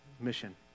mission